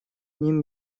ним